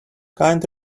kind